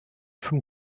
from